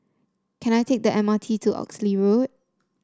can I take the M R T to Oxley Road